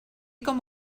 com